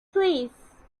please